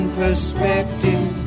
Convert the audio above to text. perspective